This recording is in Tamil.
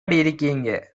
இருக்கீங்க